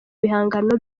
bihangano